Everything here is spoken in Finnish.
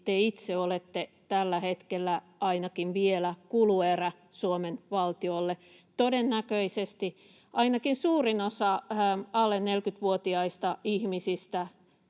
te itse olette ainakin vielä tällä hetkellä kuluerä Suomen valtiolle? Todennäköisesti ainakin suurin osa alle 40-vuotiaista ihmisistä,